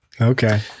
Okay